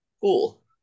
Cool